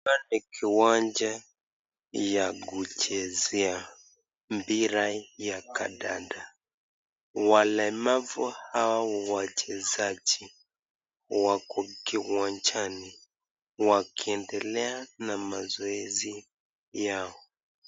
Hapa ni kiwanja ya kuchezea mpira ya kandanda. Walemavu au wachezaji wako kiwanjani wakiendelea na mazoezi yao.